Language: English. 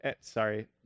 Sorry